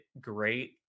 great